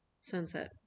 sunset